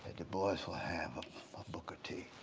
du bois will have of booker t.